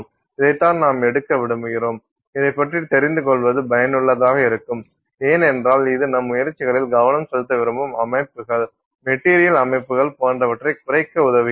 இதைத்தான் நாம் எடுக்க விரும்புகிறோம் இதைப்பற்றி தெரிந்து கொள்வது பயனுள்ளதாக இருக்கும் ஏனென்றால் இது நம் முயற்சிகளில் கவனம் செலுத்த விரும்பும் அமைப்புகள் மெட்டீரியல் அமைப்புகள் போன்றவற்றை குறைக்க உதவுகிறது